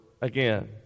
again